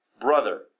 brother